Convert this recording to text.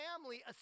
family